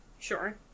sure